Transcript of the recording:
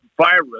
virus